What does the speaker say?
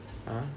ah